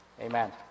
Amen